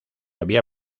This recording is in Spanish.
había